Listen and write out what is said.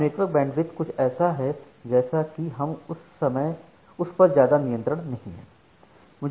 अब network bandwidth कुछ ऐसा है जैसे कि हमारा उस पर ज्यादा नियंत्रण नहीं है